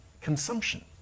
consumption